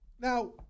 now